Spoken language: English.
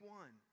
one